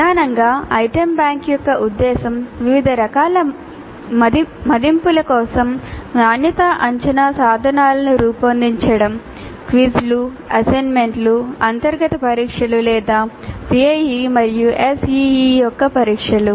ప్రధానంగా item bank యొక్క ఉద్దేశ్యం వివిధ రకాల మదింపుల కోసం నాణ్యతా అంచనా సాధనాలను రూపొందించడం క్విజ్లు అసైన్మెంట్లు అంతర్గత పరీక్షలు లేదా CIE మరియు SEE యొక్క పరీక్షలు